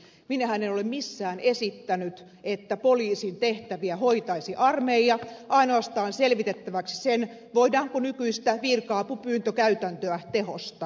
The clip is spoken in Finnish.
minähän en ole missään esittänyt että poliisin tehtäviä hoitaisi armeija ainoastaan esittänyt selvitettäväksi sitä voidaanko nykyistä virka apupyyntökäytäntöä tehostaa